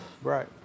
right